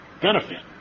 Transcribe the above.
benefit